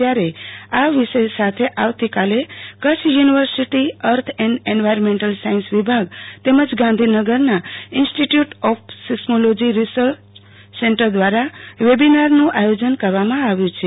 ત્યારે આ વિષય સાથે આવતી કાલે Kutch university earth and environmental science વિભાગ તેમજ ગાંધીનગરના institute of seismology research centre દવારા વેબીનારનું આયોજન કરવામાં આવ્યો છે